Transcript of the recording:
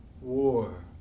war